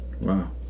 Wow